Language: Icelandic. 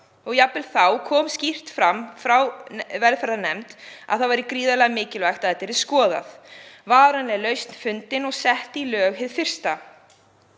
Jafnvel þá kom skýrt fram hjá hv. velferðarnefnd að það væri gríðarlega mikilvægt að þetta yrði skoðað, varanleg lausn fundin og sett í lög hið fyrsta